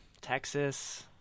Texas